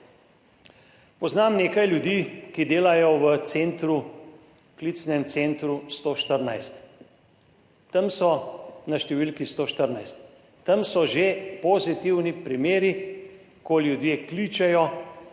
Poznam nekaj ljudi, ki delajo v klicnem centru 114, na številki 114. Tam so že pozitivni primeri, ko ljudje kličejo